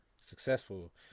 successful